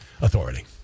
Authority